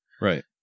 Right